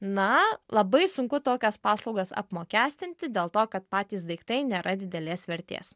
na labai sunku tokias paslaugas apmokestinti dėl to kad patys daiktai nėra didelės vertės